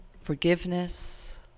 forgiveness